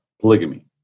polygamy